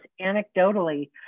anecdotally